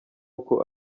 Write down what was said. uko